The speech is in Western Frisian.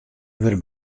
wurde